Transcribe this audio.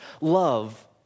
love